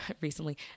recently